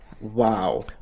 Wow